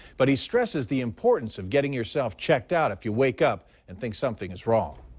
but he stresses the importance of getting yourself checked out if you wake up and think something is wrong.